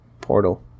Portal